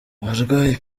abarwanya